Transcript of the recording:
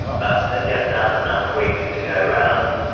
but there just aren't enough wigs to go around.